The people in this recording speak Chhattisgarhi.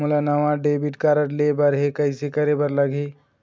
मोला नावा डेबिट कारड लेबर हे, कइसे करे बर लगही?